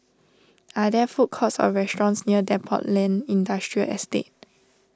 are there food courts or restaurants near Depot Lane Industrial Estate